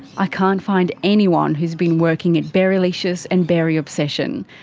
i can't find anyone who's been working at berrylicious and berry obsession.